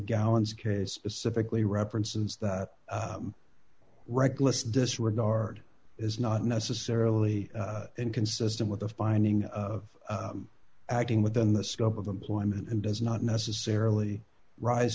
gallons case civically references that reckless disregard is not necessarily inconsistent with the finding of acting within the scope of employment and does not necessarily rise